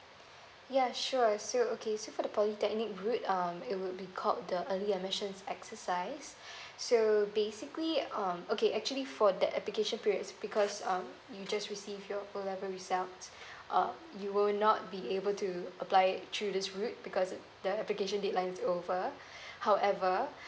ya sure so okay so for the polytechnic route um it would be called the early admissions exercise so basically um okay actually for that application periods because um you just receive your O level result uh you will not be able to apply it through this route because the application deadline is over however